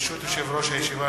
ברשות יושב-ראש הישיבה,